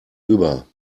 über